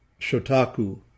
Shotaku